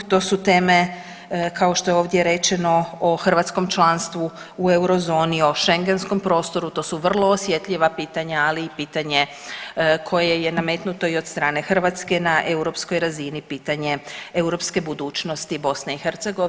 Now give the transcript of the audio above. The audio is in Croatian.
To su teme kao što je ovdje rečeno o hrvatskom članstvu u euro zoni, o shengenskom prostoru to su vrlo osjetljiva pitanja, ali i pitanje koje je nametnuto i od strane Hrvatske na europskog razini pitanje europske budućnosti Bosne i Hercegovine.